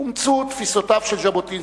אומצו תפיסותיו של ז'בוטינסקי.